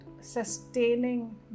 sustaining